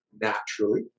naturally